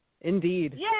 Indeed